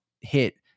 hit